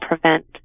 prevent